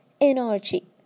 Energy